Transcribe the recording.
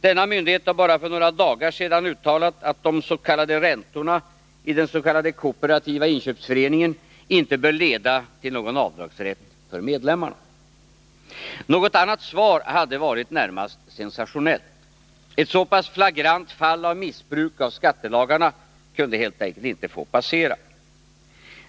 Denna myndighet har bara för några dagar sedan uttalat att de s.k. räntorna i den s.k. kooperativa inköpsföreningen inte bör leda till någon avdragsrätt för medlemmarna. Något annat svar hade varit närmast sensationellt. Ett så pass flagrant fall av missbruk av skattelagarna kunde helt enkelt inte få passera.